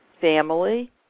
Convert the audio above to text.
family